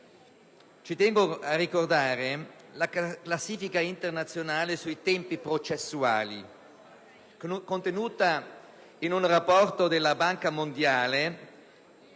Ci tengo a ricordare la classifica internazionale sui tempi processuali, contenuta nel rapporto *Doing